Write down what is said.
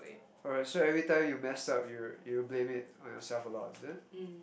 alright so every time you messed up you you blame it on yourself a lot is it